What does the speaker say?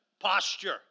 posture